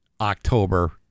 October